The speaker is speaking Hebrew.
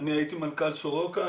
אני הייתי מנכ"ל סורוקה.